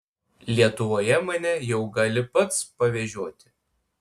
lietuvoje mane jau gali pats pavežioti